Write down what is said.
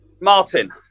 Martin